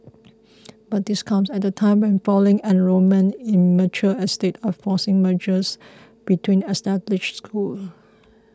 but this comes at a time when falling enrolment in mature estates are forcing mergers between established schools